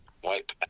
white